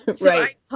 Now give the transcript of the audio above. Right